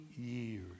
years